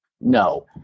No